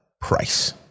price